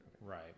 right